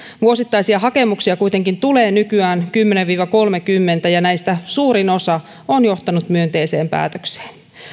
vuosittaisia hakemuksia kuitenkin tulee nykyään kymmenen viiva kolmekymmentä ja näistä suurin osa on johtanut myönteiseen päätökseen